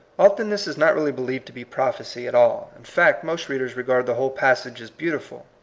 often this is not really believed to be prophecy at all. in fact, most readers re gard the whole passage as beautiful,